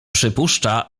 przypuszcza